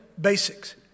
basics